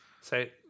Say